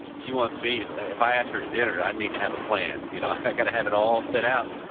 she wants me, if i asked her to dinner, i need to have a plan, you know, i've got to have it all set up.